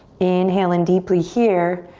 inhale in deeply here.